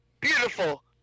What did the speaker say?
Beautiful